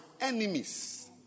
enemies